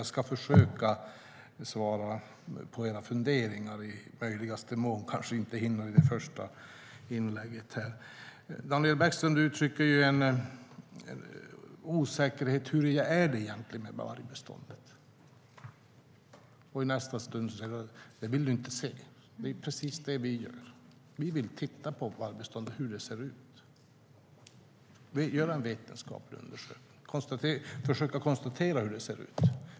Jag ska försöka svara på era frågor och funderingar, även om jag inte hinner med allt i detta inlägg. Daniel Bäckström uttrycker en osäkerhet när det gäller hur det egentligen förhåller sig med vargbeståndet. I nästa stund säger han att han inte vill se det. Men vi vill titta på vargbeståndet och göra en vetenskaplig undersökning av hur det ser ut.